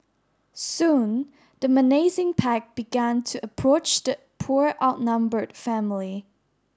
soon the menacing pack began to approach the poor outnumbered family